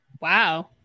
Wow